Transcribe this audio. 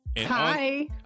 Hi